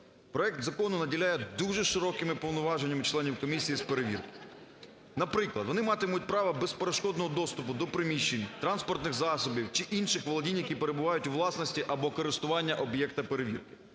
Проект закону наділяє дуже широкими повноваженнями членів комісії з перевірки. Наприклад, вони матимуть право безперешкодного доступу до приміщень, транспортних засобів чи інших володінь, які перебувають у власності або користуванні об'єкта перевірки,